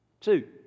Two